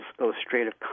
illustrative